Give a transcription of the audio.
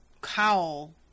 cowl